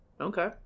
Okay